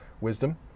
wisdom